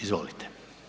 Izvolite.